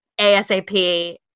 ASAP